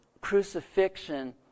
crucifixion